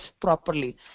properly